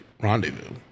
Rendezvous